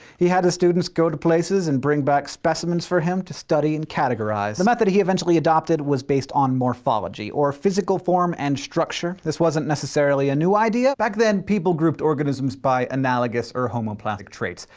he had his students go places and bring back specimens for him to study and categorize. the method he eventually adopted was based on morphology, or physical form and structure. this wasn't necessarily a new idea. back then, people grouped organisms by analogous or homoplasic traits,